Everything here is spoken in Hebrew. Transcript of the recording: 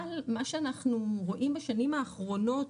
מה שאנחנו רואים בשנים האחרונות,